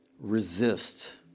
resist